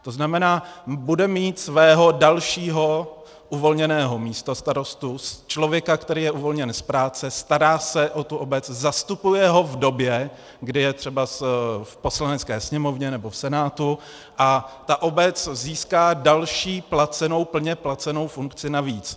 To znamená, bude mít svého dalšího uvolněného místostarostu, člověka, který je uvolněn z práce, stará se o tu obec, zastupuje ho v době, kdy je třeba v Poslanecké sněmovně nebo v Senátu, a ta obec získá další placenou, plně placenou funkci navíc.